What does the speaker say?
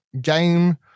game